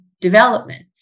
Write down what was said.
development